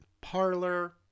parlor